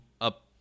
up